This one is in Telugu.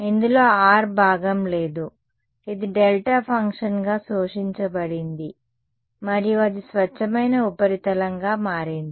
ఇందులో r భాగం లేదు ఇది డెల్టా ఫంక్షన్గా శోషించబడింది మరియు అది స్వచ్ఛమైన ఉపరితలంగా మారింది